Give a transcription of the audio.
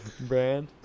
Brand